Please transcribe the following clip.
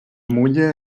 mulla